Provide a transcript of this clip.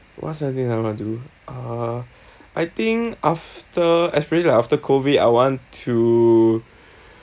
what's something that I want to do uh I think after especially like after COVID I want to